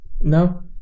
no